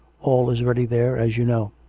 all is ready there, as you know.